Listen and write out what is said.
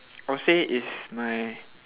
I'll say is my